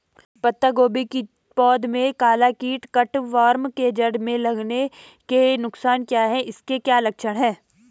पत्ता गोभी की पौध में काला कीट कट वार्म के जड़ में लगने के नुकसान क्या हैं इसके क्या लक्षण हैं?